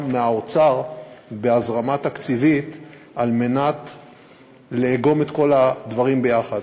מהאוצר בהזרמה תקציבית על מנת לאגום את כל הדברים ביחד.